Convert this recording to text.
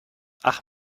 ach